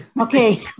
Okay